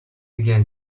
again